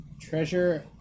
Treasure